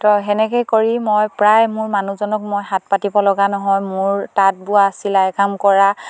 তো সেনেকে কৰি মই প্ৰায় মোৰ মানুহজনক মই হাত পাতিব লগা নহয় মোৰ তাঁত বোৱা চিলাই কাম কৰা